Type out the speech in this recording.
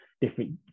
different